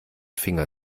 finger